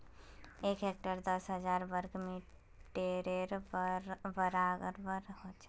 एक हेक्टर दस हजार वर्ग मिटरेर बड़ाबर छे